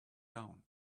down